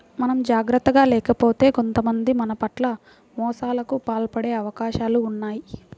మనం జాగర్తగా లేకపోతే కొంతమంది మన పట్ల మోసాలకు పాల్పడే అవకాశాలు ఉన్నయ్